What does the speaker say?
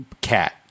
cat